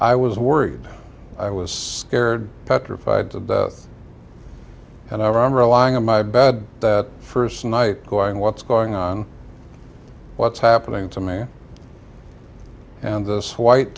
i was worried i was so scared petrified to death and i'm relying on my bed that first night going what's going on what's happening to me and thi